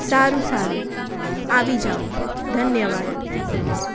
સારું સારું આવી જાઓ ધન્યવાદ